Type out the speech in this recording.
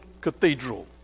cathedral